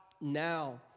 now